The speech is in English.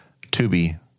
Tubi